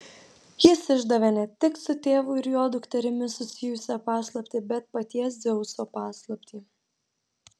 jis išdavė ne tik su tėvu ir jo dukterimi susijusią paslaptį bet paties dzeuso paslaptį